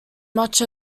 much